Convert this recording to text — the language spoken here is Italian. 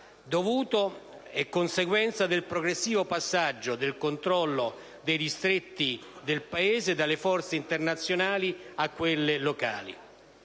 in conseguenza del progressivo passaggio del controllo dei distretti del Paese dalle forze internazionali a quelle locali.